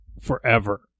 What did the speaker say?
forever